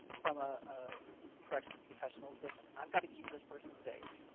from a corrections professional is, listen, i've got to keep this person safe.